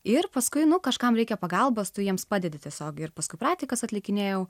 ir paskui nu kažkam reikia pagalbos tu jiems padedi tiesiog ir paskui praktikas atlikinėjau